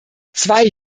zwei